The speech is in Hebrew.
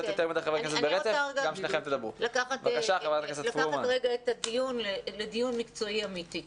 רוצה לקחת את הדיון לדיון מקצועי אמיתי.